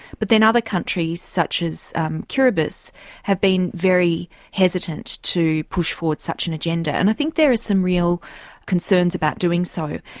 but then other countries such as kiribati have been very hesitant to push forward such an agenda. and i think there are some real concerns about doing so,